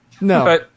No